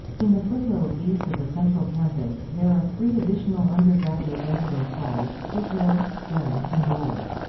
in the foothills east of the central campus, there are three additional undergraduate residence halls foothill, stern, and bowles.